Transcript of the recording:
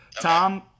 Tom